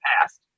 past